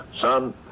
Son